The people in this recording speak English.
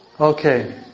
Okay